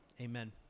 Amen